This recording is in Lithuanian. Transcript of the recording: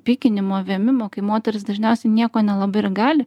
pykinimo vėmimo kai moterys dažniausiai nieko nelabai ir gali